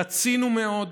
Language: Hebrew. רצינו מאוד,